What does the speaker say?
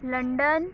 London